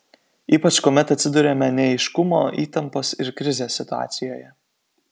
ypač kuomet atsiduriame neaiškumo įtampos ir krizės situacijoje